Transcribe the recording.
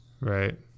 Right